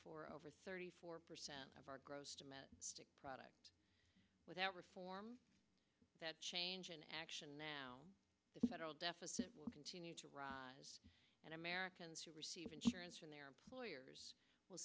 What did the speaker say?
for over thirty four percent of our gross domestic product without reform that change in action now the federal deficit will continue to rise and americans who receive insurance from their employers will